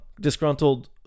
Disgruntled